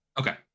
Okay